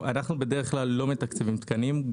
בדרך כלל אנחנו לא מתקצבים תקנים.